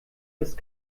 ist